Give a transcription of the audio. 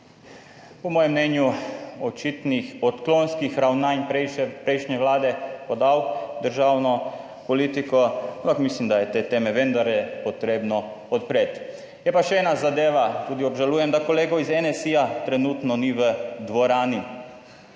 po mojem mnenju očitnih odklonskih ravnanj prejšnje vlade podal državno politiko, ampak mislim, da je te teme vendarle potrebno odpreti. Je pa še ena zadeva, tudi obžalujem, da kolegov iz NSi trenutno ni v dvorani.